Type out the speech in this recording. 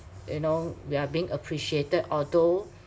you know we are being appreciated although